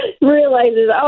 realizes